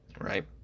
right